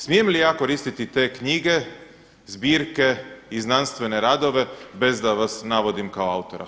Smijem li ja koristiti te knjige, zbirke i znanstvene radove bez da vas navodim kao autora?